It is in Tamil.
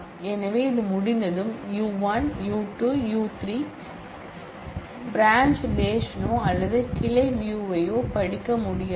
எனவே இது முடிந்ததும் U1 U2 மற்றும் U3 கிளை ரிலேஷன்யோ அல்லது கிளை வியூ யையோ படிக்க முடியாது